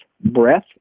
Breath